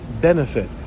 benefit